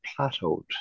plateaued